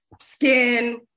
skin